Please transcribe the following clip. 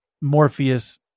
Morpheus